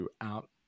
throughout